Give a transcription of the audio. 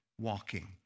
walking